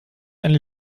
eine